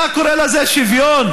אתה קורא לזה שוויון?